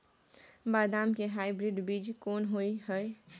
बदाम के हाइब्रिड बीज कोन होय है?